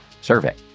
survey